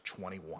21